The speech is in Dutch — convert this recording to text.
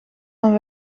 aan